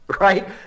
Right